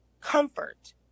comfort